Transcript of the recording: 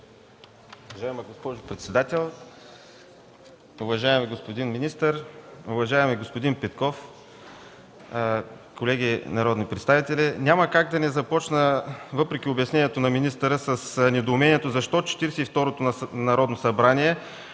Уважаема госпожо председател, уважаеми господин министър, уважаеми господин Петков, колеги народни представители! Няма как да не започна, въпреки обяснението на министъра, с недоумението защо Четиридесет и